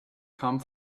come